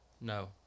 No